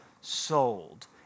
sold